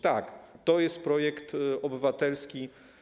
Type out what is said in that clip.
Tak, to jest projekt obywatelski.